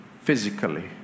physically